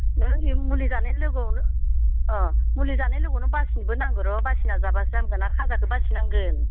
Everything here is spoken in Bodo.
नों बे मुलि जानायनि लोगोआवनो अह मुलि जानायनि लोगोआव नों बासिनोबो नांगौ र' बासिना जाबासो हामगोन आरो खाजाखौ बासिनांगोन